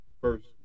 first